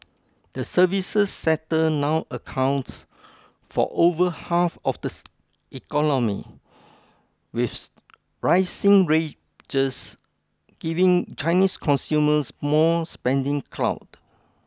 the services sector now accounts for over half of the economy with rising wages giving Chinese consumers more spending clout